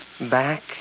Back